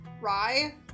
rye